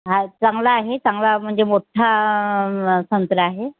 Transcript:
हा चांगला आहे चांगला म्हणजे मोठा संत्रा आहे